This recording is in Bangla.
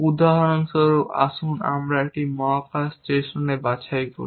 উদাহরণস্বরূপ আসুন একটি মহাকাশ স্টেশন বাছাই করি